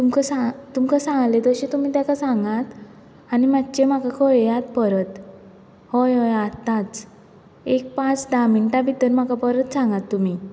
तुमकां सांग तुमकां सांगलें तशें तुमी तेका सांगात आनी मातशें म्हाका कळयात परत हय हय आतांच एक पांच धा मिनटां भितर म्हाका परत सांगात तुमी